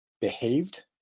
behaved